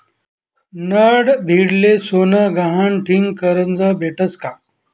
नडभीडले सोनं गहाण ठीन करजं भेटस का?